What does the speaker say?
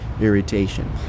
irritation